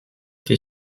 été